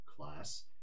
class